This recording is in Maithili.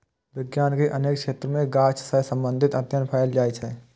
विज्ञान के अनेक क्षेत्र मे गाछ सं संबंधित अध्ययन कैल जाइ छै